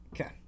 Okay